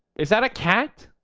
is that a cat?